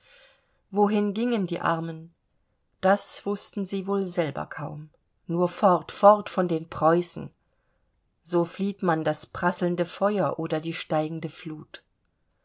wohin gingen die armen das wußten sie wohl selber kaum nur fort fort von den preußen so flieht man das prasselnde feuer oder die steigende flut